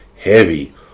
heavy